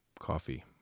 coffee